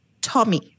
Tommy